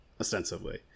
ostensibly